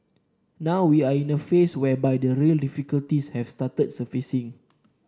now we are in a phase whereby the real difficulties have started surfacing